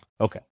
Okay